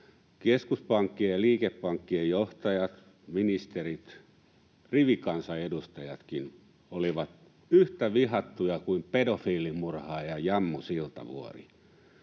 Keskuspankkien ja liikepankkien johtajat, ministerit, rivikansanedustajatkin olivat yhtä vihattuja kuin pedofiilimurhaaja Jammu Siltavuori.